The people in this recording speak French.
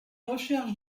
recherches